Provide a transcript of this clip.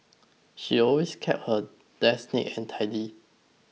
she always keeps her desk neat and tidy